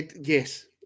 Yes